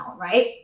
right